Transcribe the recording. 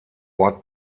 ort